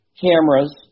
cameras